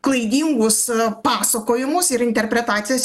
klaidingus pasakojimus ir interpretacijas